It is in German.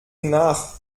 nach